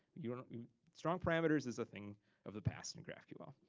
you know strong parameters is a thing of the past in graphql.